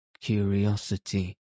curiosity